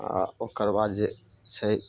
आओर ओकर बाद जे छै